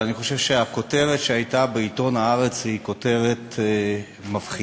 אבל אני חושב שהכותרת שהייתה בעיתון "הארץ" היא כותרת מפחידה.